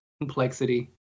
complexity